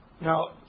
Now